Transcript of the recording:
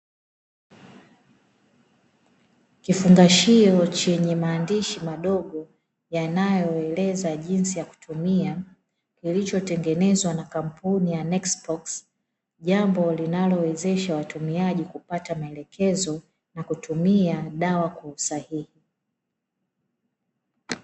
Kifungashio chenye mandishi madogo yanayoeleza jinsi ya kutumia kilichotengenezwa kwa kwa kampuni ya"NEXIPOX". Jambo linalowezesha watumiaji kupata maelezo na kutumia dawa kwa usahihi.